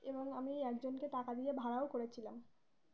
এবং আমি একজনকে টাকা দিয়ে ভাড়াও করেছিলাম